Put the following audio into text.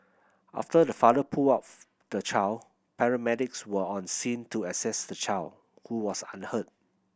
after the father pulled outs the child paramedics were on scene to assess the child who was unhurt